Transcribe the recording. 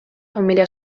família